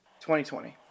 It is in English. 2020